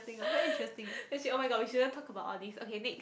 actually oh-my-god we shouldn't talk about all these okay next